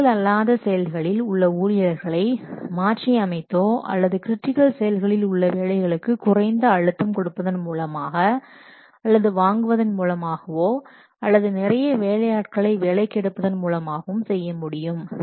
critical அல்லாத செயல்களில் உள்ள ஊழியர்களை மாற்றி அமைத்தோ அல்லது கிரிட்டிக்கல் செயல்கள் உள்ள வேலைகளுக்கு குறைந்த அழுத்தம் கொடுப்பதன் மூலமாக அல்லது வாங்குவதன் மூலமாகவோ அல்லது நிறைய வேலையாட்களை வேலைக்கு எடுப்பதன் மூலமாகவும் செய்ய முடியும்